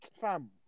fam